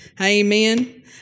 Amen